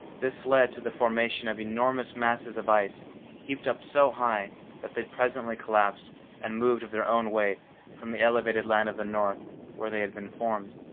this led to the formation of enormous masses of ice heaped up so high that they presently collapsed and moved of their own weight from the elevated land of the north where they had been formed.